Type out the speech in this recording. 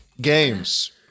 games